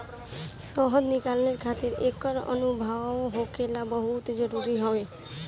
शहद निकाले खातिर एकर अनुभव होखल बहुते जरुरी हवे